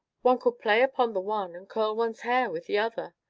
one could play upon the one and curl one's hair with the other,